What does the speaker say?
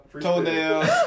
toenails